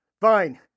Fine